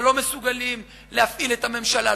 אבל לא מסוגלים להפעיל את הממשלה,